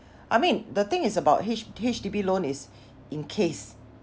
I mean the thing is about H H_D_B loan is in case